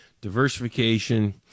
diversification